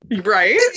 Right